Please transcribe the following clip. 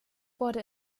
wurde